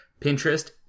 Pinterest